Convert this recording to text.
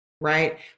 right